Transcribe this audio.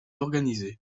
organisé